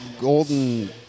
Golden